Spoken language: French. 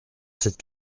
cette